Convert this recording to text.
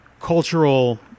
cultural